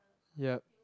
yup